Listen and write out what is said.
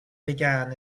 began